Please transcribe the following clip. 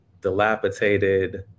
dilapidated